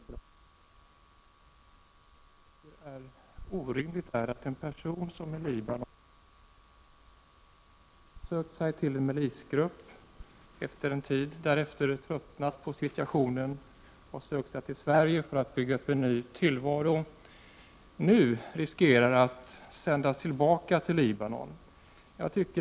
Jag tycker det är orimligt att en person som i Libanon, precis som så många andra, sökt sig till en milisgrupp, tröttnat på situationen efter en tid och sedan sökt sig till Sverige för att där bygga upp en ny tillvaro, nu riskerar att sändas tillbaka till Libanon.